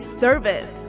service